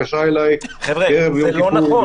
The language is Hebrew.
חבר'ה, זה לא נכון.